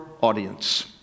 audience